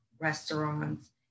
restaurants